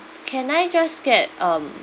can I just get um